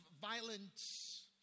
violence